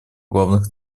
главных